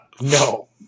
no